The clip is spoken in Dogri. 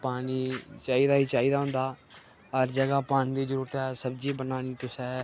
पानी चाहिदा गै चाहिदा होंदा हर जगह् पानी दी जरूरत ऐ सब्ज़ी बनानी तुसै